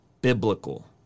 biblical